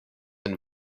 and